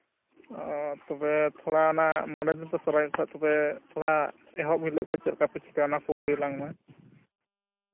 ᱟᱨ ᱛᱚᱵᱮ ᱛᱷᱚᱲᱟᱱᱟᱜ ᱢᱚᱬᱮ ᱫᱤᱱ ᱯᱮ ᱥᱚᱨᱦᱟᱭᱚᱜ ᱠᱷᱟᱱ ᱛᱚᱵᱮ ᱛᱷᱚᱲᱟ ᱮᱦᱚᱵᱽ ᱦᱤᱞᱳᱜ ᱠᱷᱚᱱ ᱪᱮᱫᱞᱮᱠᱟ ᱯᱮ ᱪᱤᱠᱟᱹᱭᱟ ᱚᱱᱟ ᱠᱚ ᱞᱟᱹᱭᱟᱞᱟᱝ ᱢᱮ